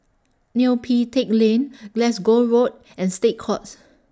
Neo Pee Teck Lane Glasgow Road and State Courts